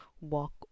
walk